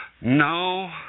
no